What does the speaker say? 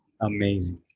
Amazing